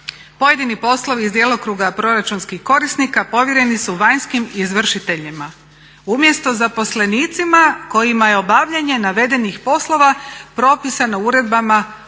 pojedini poslovi iz djelokruga proračunskih korisnika povjereni su vanjskim izvršiteljima umjesto zaposlenicima kojima je obavljanje navedenih poslova propisano uredbama